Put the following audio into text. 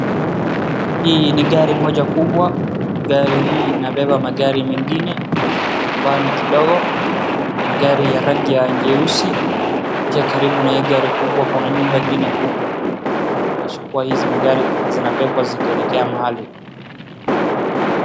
Hii ni gari moja kubwa. Gari hii inabeba magari mengine ambayo ni kidogo. Magari ya rangi ya jeusi pia karibu na hii gari kubwa kuna nyumba ingine kubwa inaonyesha kuwa hizi magari zinabebwa zikielekea mahali.